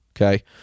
okay